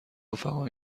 رفقا